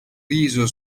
viso